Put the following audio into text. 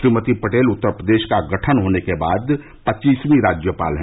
श्रीमती पटेल उत्तर प्रदेश का गठन होने के बाद पच्चीसवीं राज्यपाल है